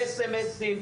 ב-SMS,